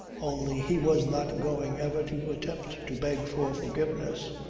only he was not going ever to attempt to beg for forgiveness.